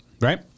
right